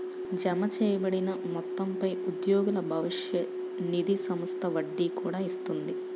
జమచేయబడిన మొత్తంపై ఉద్యోగుల భవిష్య నిధి సంస్థ వడ్డీ కూడా ఇస్తుంది